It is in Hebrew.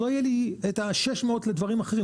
לא יהיה לי 600 לדברים אחרים.